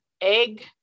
egg